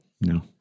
No